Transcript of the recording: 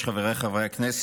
חבריי חברי הכנסת,